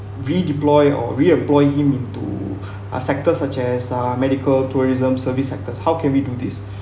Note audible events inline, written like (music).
redeploy or re-employ him into (breath) uh sectors such as uh medical tourism service sectors how can we do this (breath)